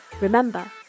Remember